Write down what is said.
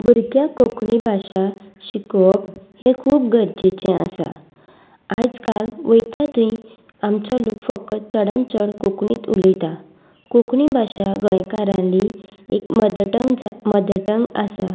भुरग्या कोंकणी भाशा शिकोवप हें खूब गरजेचें आसा आयज काल वयता थंय आमचो लोक फकत चडांत चड कोंकणींत उलयता कोंकणी भाशा गोंयकाराली एक मदरटंग जावन मदटंग आसा